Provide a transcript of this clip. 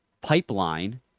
pipeline